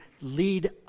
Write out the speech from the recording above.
lead